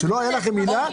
שלא היה לכם מילה,